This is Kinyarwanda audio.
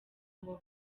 abo